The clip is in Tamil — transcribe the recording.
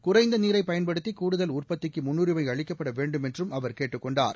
குறைந்த நீரை பயன்படுத்தி கூடுதல் உற்பத்திக்கு முன்னுரிமை அளிக்கப்பட வேண்டும் என்றும் அவர் கேட்டுக் கொண்டார்